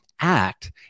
act